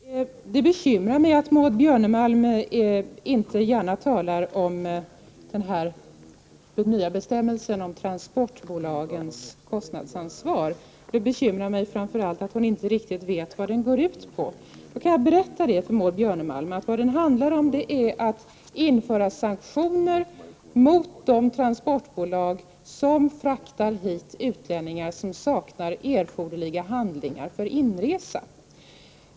Herr talman! Det bekymrar mig att Maud Björnemalm inte gärna talar om den här nya bestämmelsen om transportbolagens kostnadsansvar och framför allt att hon inte riktigt vet vad den går ut på. Jag kan berätta för Maud Björnemalm att vad den handlar om är att införa sanktioner mot de transportbolag som fraktar hit utlänningar som saknar erforderliga handlingar för inresa.